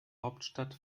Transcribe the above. hauptstadt